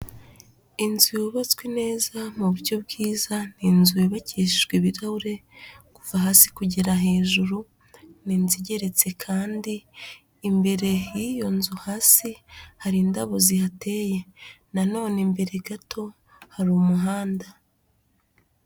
Inzu yubatswe neza mu buryo bwiza, ni inzu yubakishijwe ibirahure kuva hasi kugera hejuru, ni inzu igeretse kandi imbere y'iyo nzu hasi hari indabo zihateye, nanone imbere gato hari umuhanda.